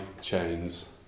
chains